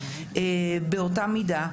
באותה מידה,